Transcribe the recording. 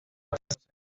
basándose